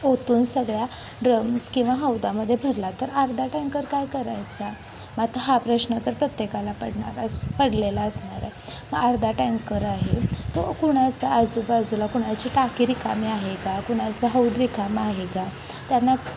ओतून सगळ्या ड्रम्स किंवा हौदामध्ये भरला तर अर्धा टँकर काय करायचा मग आता हा प्रश्न तर प्रत्येकाला पडणारच पडलेला असणार आहे मग अर्धा टँकर आहे तो कुणाचा आजूबाजूला कुणाची टाकी रिकामीे आहे का कुणाचा हौद रिकामा आहे का त्यांना